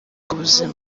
ubuzima